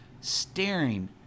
staring